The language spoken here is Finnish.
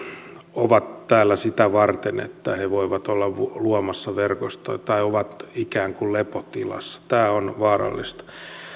ovat täällä sitä varten että he voivat olla luomassa verkostoa tai ovat ikään kuin lepotilassa tämä on vaarallista